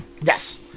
Yes